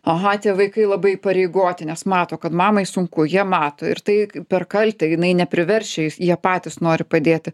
aha tie vaikai labai įpareigoti nes mato kad mamai sunku jie mato ir tai per kaltę jinai nepriverčia jis jie patys nori padėti